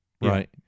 right